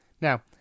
Now